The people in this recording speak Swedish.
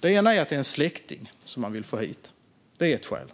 Det första är att man vill få hit en släkting.